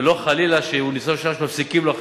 ולא חלילה שלניצול שואה מפסיקים לתת